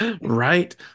Right